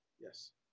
Yes